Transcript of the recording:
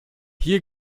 hier